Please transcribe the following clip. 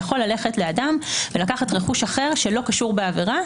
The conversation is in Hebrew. יכול ללכת לאדם ולקחת רכוש אחר שלא קשור בעבירה,